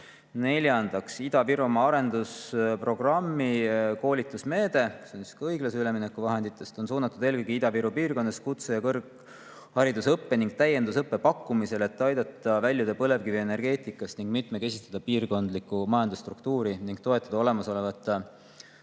Neljandaks, Ida-Virumaa arendusprogrammi koolitusmeede. See on siis õiglase ülemineku vahenditest. See on suunatud eelkõige Ida-Viru piirkonnas kutse- ja kõrgharidusõppe ning täiendusõppe pakkumisele, et aidata väljuda põlevkivienergeetikast, mitmekesistada piirkondlikku majandusstruktuuri ning toetada olemasolevate